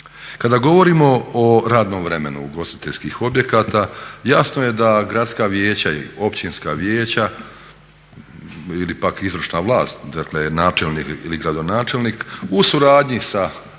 Kada govorimo o radnom vremenu ugostiteljskih objekata, jasno je da gradska vijeća i općinska vijeća ili pak izvršna vlast, dakle načelnik ili gradonačelnik u suradnji sa,